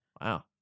Wow